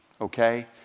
okay